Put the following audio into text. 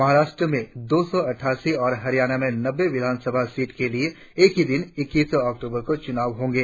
महाराष्ट्र में दो सौ अटठासी और हरियाणा में नब्बे विधान सभा सीट के लिए एक ही दिन इक्कीस अक्टूबर को चुनाव होंगे